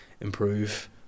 improve